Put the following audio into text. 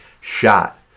shot